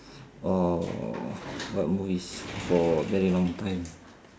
or watch movies for very long time